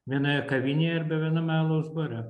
vienoje kavinėje arba viename alaus bare